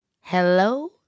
Hello